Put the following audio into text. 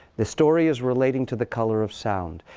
this story is relating to the color of sound.